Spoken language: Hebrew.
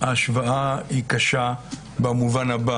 שהשוואה היא קשה במובן הבא: